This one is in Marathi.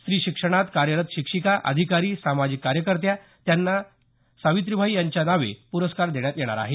स्त्री शिक्षणात कार्यरत शिक्षिका अधिकारी सामाजिक कार्यकर्त्या यांना सावित्रीबाई यांच्या नावे प्रस्कार देण्यात येणार आहेत